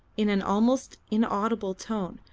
in an almost inaudible tone,